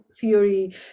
theory